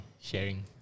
sharing